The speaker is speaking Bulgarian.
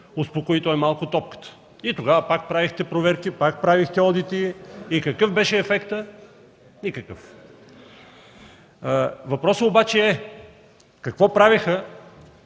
успокои той малко топката. И тогава пак правихте проверки, пак правихте одити. Какъв беше ефектът? Никакъв! Въпросът обаче е: какво правеха